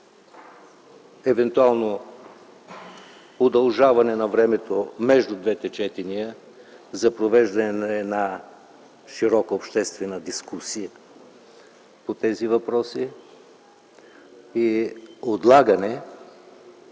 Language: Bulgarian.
евентуално удължаване на времето между двете четения за провеждане на широка обществена дискусия по тези въпроси и отлагане